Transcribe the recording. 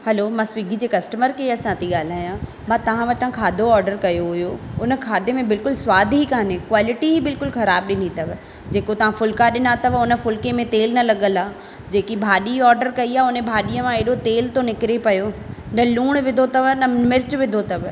हलो मां स्विगी जे customer care सां थी ॻाल्हायां मां तव्हां वटां खाधो ऑडर कयो हुयो उन खाधे में बिल्कुलु सवाद ई कोन्हे क्वालिटी बिल्कुलु ख़राबु ॾिनी अथव तव्हां जेको फुल्का ॾिना अथव उन फुल्के में तेल न लॻल आहे जेकी भाॼी ऑडर कई आहे उन भाॼीअ मां अहिड़ो तेल थो निकिरे पियो न लुणु विधो अथव न मिर्चु विधो अथव